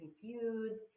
confused